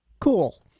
Cool